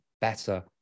better